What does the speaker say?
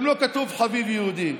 גם לא כתוב "חביב יהודי"